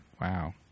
Wow